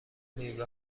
میوه